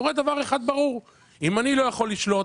קורה דבר אחד ברור: אם אני לא יכול לשלוט